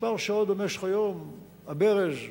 שעות מספר במשך היום הברז פתוח,